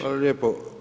Hvala lijepo.